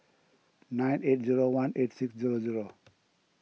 nine eight zero one eight six zero zero